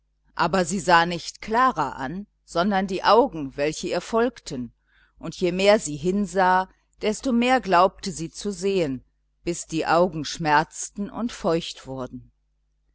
aber sie sah nicht klara an sondern die augen welche ihr folgten und je mehr sie hinsah desto mehr glaubte sie zu sehen bis die augen schmerzten und feucht wurden